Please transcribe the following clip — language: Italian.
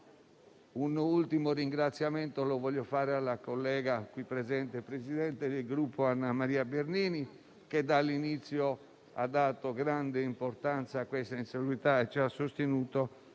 un ultimo ringraziamento alla collega qui presente, presidente del Gruppo, Anna Maria Bernini, che dall'inizio ha dato grande importanza all'insularità e ci ha sostenuto